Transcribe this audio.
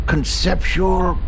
Conceptual